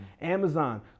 Amazon